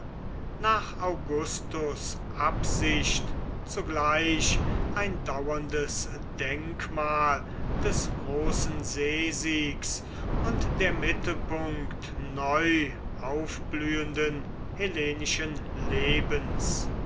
nach augustus absicht zugleich ein dauerndes denkmal des großen seesiegs und der mittelpunkt neu aufblühenden hellenischen lebens